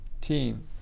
team